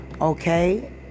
Okay